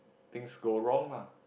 things go wrong lah